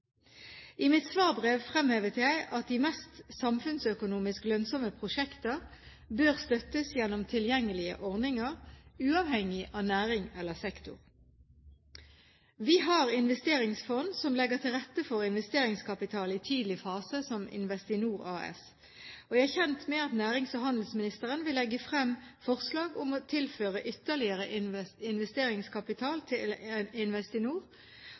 I mitt svarbrev fremhevet jeg at de mest samfunnsøkonomisk lønnsomme prosjekter bør støttes gjennom tilgjengelige ordninger – uavhengig av næring eller sektor. Vi har investeringsfond som legger til rette for investeringskapital i tidlig fase, som Investinor AS. Jeg er kjent med at nærings- og handelsministeren vil legge frem forslag om å tilføre ytterligere investeringskapital til Investinor